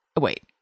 Wait